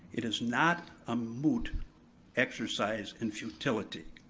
it is not a moot exercise in futility.